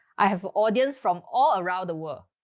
i have audience from all around the world.